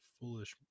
foolish